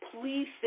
please